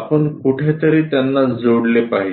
आपण कुठेतरी त्यांना जोडले पाहिजे